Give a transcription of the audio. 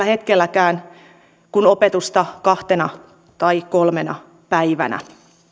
hetkellä opetusta kuin kahtena tai kolmena päivänä